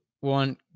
one